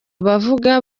abavuga